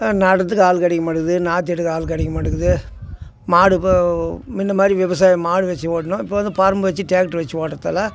நடுறதுக்கு ஆள் கிடைக்க மாட்டேங்குது நாத்து எடுக்க ஆள் கிடைக்க மாட்டேங்குது மாடு இப்போ முன்ன மாதிரி விவசாயம் மாடு வச்சு ஓட்டுனோம் இப்போ வந்து பரம்பு வச்சு ட்ராக்ட்ரு வச்சு ஓட்டுறதால